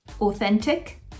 Authentic